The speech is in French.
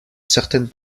certaines